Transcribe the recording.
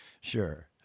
Sure